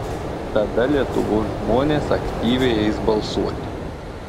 tada lietuvos žmonės aktyviai eis balsuoti